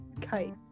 kite